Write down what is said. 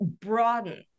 broaden